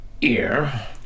ear